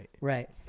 Right